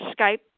Skype